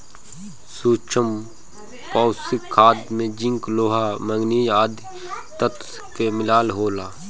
सूक्ष्म पोषक खाद में जिंक, लोहा, मैग्निशियम आदि तत्व के मिलल होला